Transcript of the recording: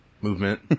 movement